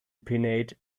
pinnate